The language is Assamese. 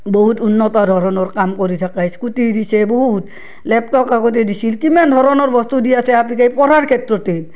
বহুত উন্নতৰ ধৰণৰ কাম কৰি থাকে স্কুটী দিছে বহুত লেপটপ আগতে দিছিল কিমান ধৰণৰ বস্তু দি আছে আপীক এই পঢ়াৰ ক্ষেত্ৰতেই